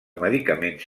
medicaments